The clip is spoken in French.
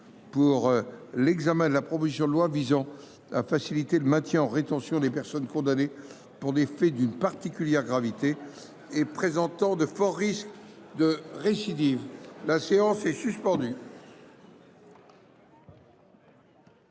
la discussion de la proposition de loi visant à faciliter le maintien en rétention des personnes condamnées pour des faits d’une particulière gravité et présentant de forts risques de récidive, présentée